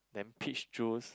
then peach juice